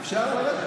אפשר?